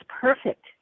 perfect